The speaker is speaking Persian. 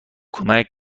کنم